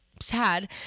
sad